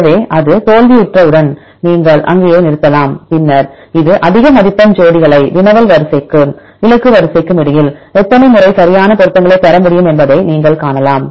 எனவே அது தோல்வியுற்றவுடன் நீங்கள் அங்கேயே நிறுத்தலாம் பின்னர் இது அதிக மதிப்பெண் ஜோடிகளை வினவல் வரிசைக்கும் இலக்கு வரிசைக்கும் இடையில் எத்தனை முறை சரியான பொருத்தங்களைப் பெற முடியும் என்பதை நீங்கள் காணலாம்